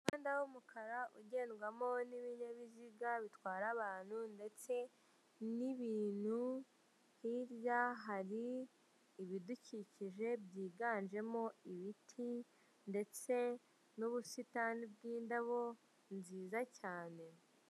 Umuhanda w'umukara ugendwamo n'ibinyabiziga bitwara abantu ndetse n'ibintu, hirya hari ibidukikije byiganjemo ibiti ndetse n'ubusitani bw'indabo nziza cyane.